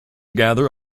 gather